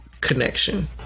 connection